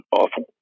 awful